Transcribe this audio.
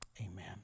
Amen